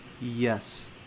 Yes